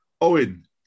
Owen